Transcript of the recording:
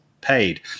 paid